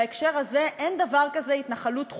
בהקשר הזה אין דבר כזה התנחלות חוקית.